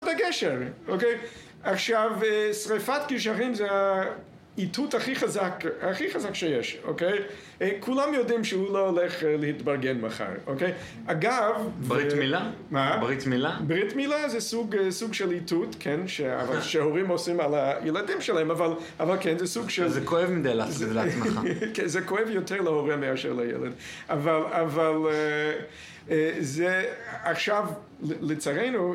עכשיו, שריפת גשרים זה האיתות הכי חזק שיש, אוקיי? כולם יודעים שהוא לא הולך להתברגן מחר, אוקיי? אגב... ברית מילה? ברית מילה? ברית מילה זה סוג של איתות, כן? שההורים עושים על הילדים שלהם, אבל כן, זה סוג של... זה כואב מדי לעצמך. זה כואב יותר להורה מאשר לילד אבל זה עכשיו לצערנו...